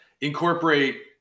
incorporate